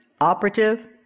operative